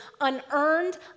unearned